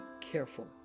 careful